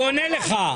הוא עונה לך.